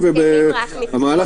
המטרה